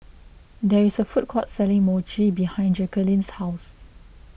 there is a food court selling Mochi behind Jacqueline's house